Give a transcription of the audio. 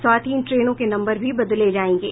साथ ही इन ट्रेनों के नम्बर भी बदल जायेंगे